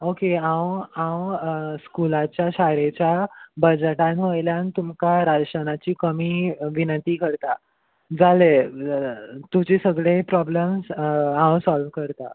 okay हांव हांव स्कुलाच्या शाळेच्या बजटान वयल्यान तुमकां राशनाची कमी विनती करता जाले तुजे सगळे प्रोब्लम हांव सोल्व करता